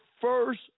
first